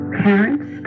parents